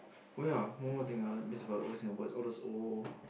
oh ya one more thing I'll missed about the old Singapore is all those old